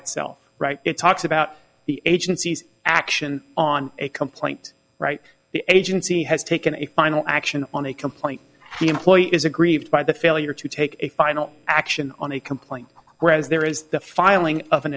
itself right it talks about the agency's action on a complaint right the agency has taken a final action on a complaint the employee is aggrieved by the failure to take a final action on a complaint whereas there is the filing of an